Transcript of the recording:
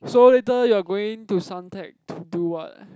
so later you are going to Suntec to do what